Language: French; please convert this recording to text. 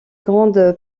grande